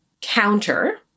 counter